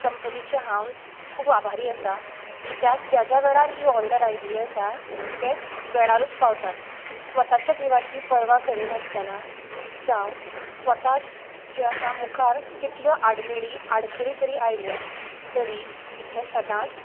कंपनीचें हांव खूब आभारी आसां कित्याक ज्या ज्या वेळार ही ओर्डर आयिल्ली आसा ते वेळारूच पावतात स्वताच्या जिवाची पर्वा करीनासतना जावं स्वताक जें आसा मुखार कितल्यो आडमेळी आडखळी जरी आयल्यो तरी हे सदांच